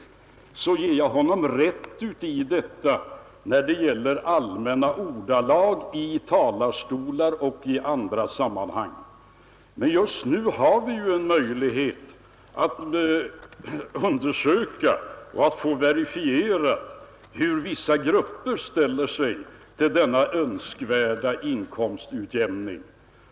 Detta ger jag honom rätt i när det gäller allmänna ordalag i talarstolar och andra sammanhang. Men just nu har vi ju en möjlighet att undersöka och få verifierat hur vissa grupper ställer sig till denna önskvärda inkomstutjämning.